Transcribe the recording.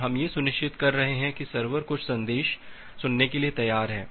हम यह सुनिश्चित कर रहे हैं कि सर्वर कुछ संदेश सुनने के लिए तैयार है